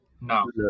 No